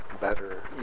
better